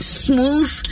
smooth